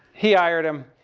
he hired him.